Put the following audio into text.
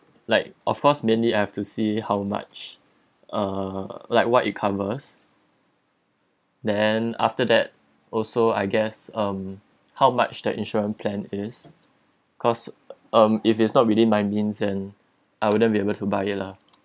like of course mainly I have to see how much uh like what it covers then after that also I guess um how much the insurance plan is cause um if it's not within my means and I wouldn't be able to buy it lah